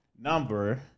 number